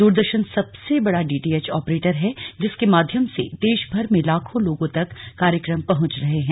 दूरदर्शन सबसे बड़ा DTH operator है जिसके माध्यम से देशभर में लाखो लोगो तक कार्यक्रम पहुंच रहे हैं